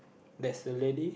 there's a lady